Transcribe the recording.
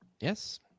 Yes